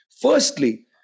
Firstly